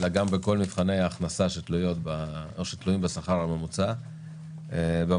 אלא בכל מבחני ההכנסה שתלויים בשכר הממוצע במשק.